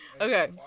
Okay